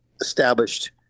established